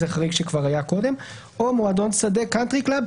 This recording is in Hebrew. או מועדון שדה (קאנטרי קלאב),